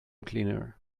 cleaner